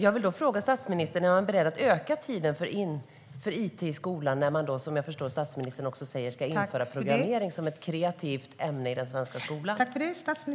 Jag vill därför fråga statsministern om han är beredd att öka tiden för it i skolan, när man, som jag förstår att statsministern också säger, ska införa programmering som ett kreativt ämne i den svenska skolan.